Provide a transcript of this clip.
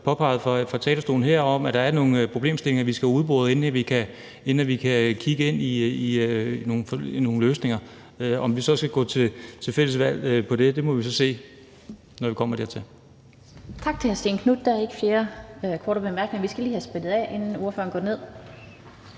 her er blevet påpeget, at der er nogle problemstillinger, vi skal have boret ud, inden vi kan kigge ind i nogle løsninger. Om vi så fælles skal gå til valg på det, må vi jo så se, når vi kommer dertil.